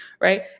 Right